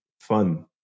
fun